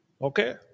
Okay